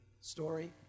story